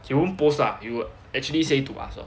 he won't posts lah he will actually say to us